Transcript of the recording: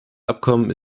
abkommen